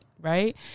right